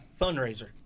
fundraiser